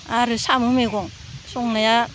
आरो साम' मैगं संनाया